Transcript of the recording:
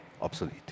obsolete